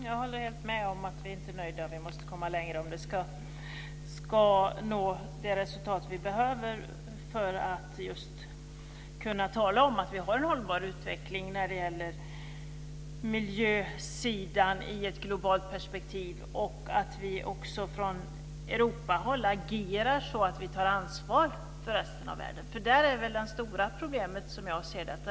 Fru talman! Jag håller med om att vi inte är helt nöjda och att man måste komma längre om vi ska nå det resultat som behövs för att det ska bli en hållbar utveckling på miljösidan i ett globalt perspektiv. Vi från Europahåll måste agera så att vi tar ansvar för resten av världen. Som jag ser det är det där som det stora problemet ligger.